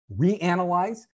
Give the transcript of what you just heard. reanalyze